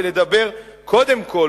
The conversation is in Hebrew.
ולדבר קודם כול,